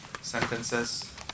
sentences